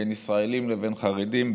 בין ישראלים לבין חרדים,